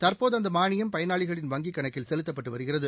தற்போதுஅந்தமானியம் பயனாளிகளின் வங்கிக் கணக்கில் செலுத்தப்பட்டுவருகிறது